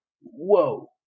whoa